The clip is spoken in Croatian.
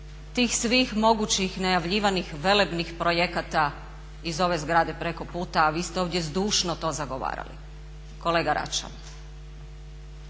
tih svih mogućih najavljivanih velebnih projekata iz ove zgrade preko puta, a vi ste ovdje zdušno to zagovarali, kolega Račan.